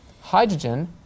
Hydrogen